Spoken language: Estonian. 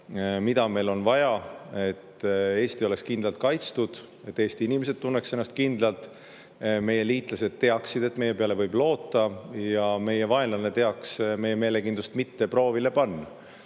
mida meil on vaja, et Eesti oleks kindlalt kaitstud, et Eesti inimesed tunneks ennast kindlalt, et meie liitlased teaksid, et meie peale võib loota, ja meie vaenlane teaks meie meelekindlust mitte proovile panna.